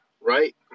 right